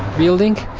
building.